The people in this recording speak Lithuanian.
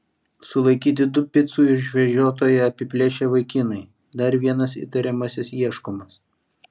sulaikyti du picų išvežiotoją apiplėšę vaikinai dar vienas įtariamasis ieškomas